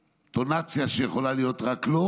ובטונציה שיכולה להיות רק לו.